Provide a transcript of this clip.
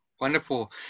Wonderful